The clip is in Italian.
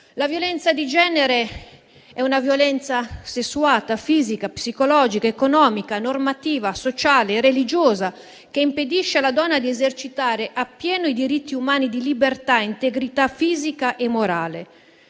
La violenza di genere è una violenza sessuata, fisica, psicologica, economica, normativa, sociale e religiosa, che impedisce alla donna di esercitare appieno i diritti umani di libertà, integrità fisica e morale;